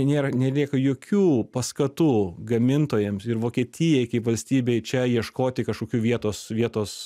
nėra nelieka jokių paskatų gamintojams ir vokietijai kaip valstybei čia ieškoti kažkokių vietos vietos